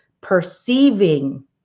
perceiving